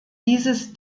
dieses